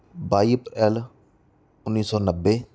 ਬਾਈ April ਉੱਨੀ ਸੌ ਨੱਬੇ